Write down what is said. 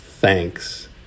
thanks